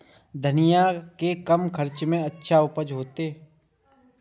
धनिया के कम खर्चा में अच्छा उपज होते?